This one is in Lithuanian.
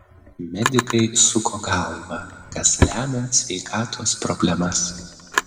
medikai suko galvą kas lemia sveikatos problemas